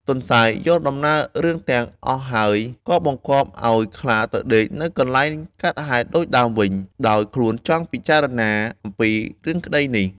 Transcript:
ទន្សាយយល់ដំណើររឿងទាំងអស់ហើយ ក៏បង្គាប់ឱ្យខ្លាទៅដេកនៅកន្លែងកើតហេតុដូចដើមវិញ ដោយខ្លួនចង់ពិចារណាអំពីរឿងក្តីនេះ។